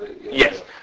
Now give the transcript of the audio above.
yes